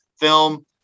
film